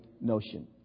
notion